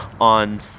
on